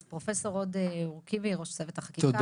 אז פרופ' הוד אורקיבי, ראש צוות החקיקה.